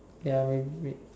ya wait wait